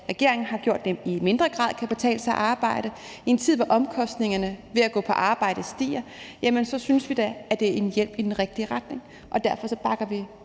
regeringen har gjort det sådan, at det i mindre grad kan betale sig at arbejde, i en tid, hvor omkostningerne ved at gå på arbejde stiger, synes vi da, at det er en hjælp i den rigtige retning, og derfor bakker vi